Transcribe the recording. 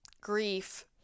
grief